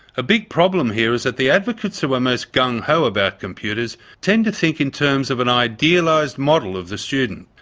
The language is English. a big problem here is that the advocates who are most gung-ho about computers tend to think in terms of an idealised model of the student.